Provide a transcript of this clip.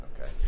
Okay